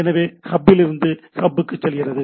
எனவே இது ஹப் லிருந்து ஹப் க்கு செல்கிறது